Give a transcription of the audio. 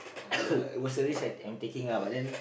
it was it was a risj I'm taking ah but then